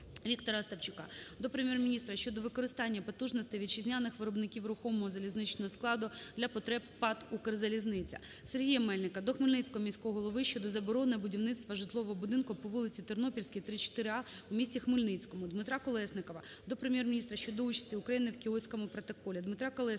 Віктора Остапчука до Прем'єр-міністра щодо використання потужностей вітчизняних виробників рухомого залізничного складу для потреб ПАТ "Укрзалізниця". Сергія Мельника до Хмельницького міського голови щодо заборони будівництва житлового будинку по вулиці Тернопільській, 34 А у місті Хмельницькому. Дмитра Колєснікова до Прем'єр-міністра щодо участі України в Кіотському протоколі. Дмитра Колєснікова